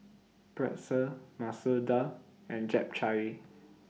Pretzel Masoor Dal and Japchae